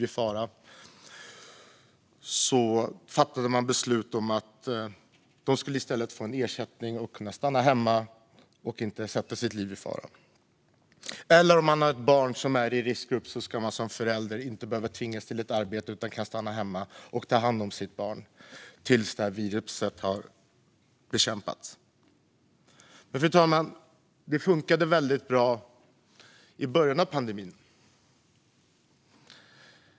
Man fattade beslut om att de i stället skulle få ersättning och kunna stanna hemma och inte sätta sitt liv på spel. Och föräldrar som har ett barn i riskgrupp ska inte tvingas till arbete utan kunna stanna hemma och ta hand om barnet tills viruset har bekämpats. Fru talman! Det funkade väldigt bra i början av pandemin.